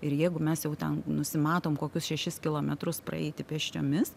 ir jeigu mes jau ten nusimatom kokius šešis kilometrus praeiti pėsčiomis